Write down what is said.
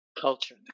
Culture